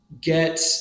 get